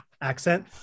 accent